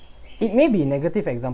it may be negative example